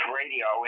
radio